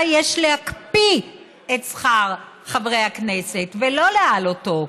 יש להקפיא את שכר חברי הכנסת ולא להעלותו.